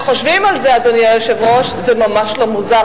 כשחושבים על זה, אדוני היושב-ראש, זה ממש לא מוזר.